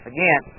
Again